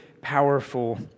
powerful